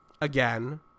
again